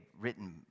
written